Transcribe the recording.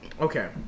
Okay